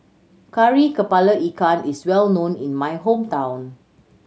Kari Kepala Ikan is well known in my hometown